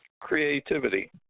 creativity